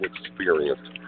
experience